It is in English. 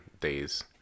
days